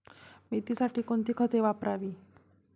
मेथीसाठी कोणती खते वापरावी?